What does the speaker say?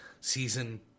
season